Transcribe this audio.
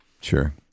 sure